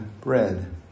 bread